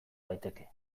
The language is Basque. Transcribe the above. daiteke